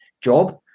job